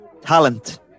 Talent